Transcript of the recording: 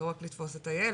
לא רק לתפוס את הילד,